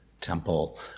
temple